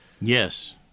Yes